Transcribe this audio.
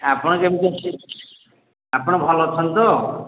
ଆପଣ କେମିତି ଅଛନ୍ତି ଆପଣ ଭଲ ଅଛନ୍ତି ତ